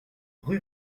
rue